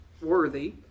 worthy